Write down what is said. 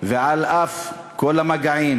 ועל אף כל המגעים,